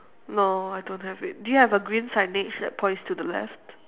no I don't have it do you have a green signage that points to the left